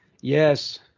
Yes